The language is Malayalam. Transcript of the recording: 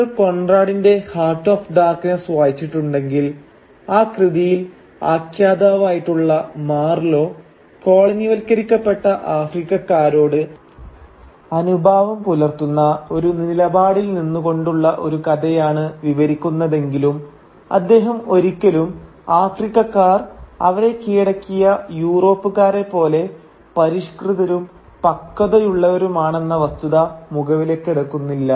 നിങ്ങൾ കോൺറാടിന്റെ ഹാർട്ട് ഓഫ് ഡാർക്നെസ് വായിച്ചിട്ടുണ്ടെങ്കിൽ ആ കൃതിയിൽ ആഖ്യാതാവായിട്ടുള്ള മാർലോ കോളനിവൽക്കരിക്കപ്പെട്ട ആഫ്രിക്കക്കാരോട് അനുഭാവം പുലർത്തുന്ന ഒരു നിലപാടിൽ നിന്നു കൊണ്ടുള്ള ഒരു കഥയാണ് വിവരിക്കുന്നതെങ്കിലും അദ്ദേഹം ഒരിക്കലും ആഫ്രിക്കക്കാർ അവരെ കീഴടക്കിയ യൂറോപ്പ്ക്കാരെ പോലെ പരിഷ്കൃതരും പക്വതയുള്ളവരുമാണെന്ന വസ്തുത മുഖവിലക്കെടുക്കുന്നില്ല